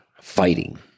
fighting